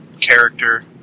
character